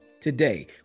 Today